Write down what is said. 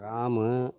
Ramu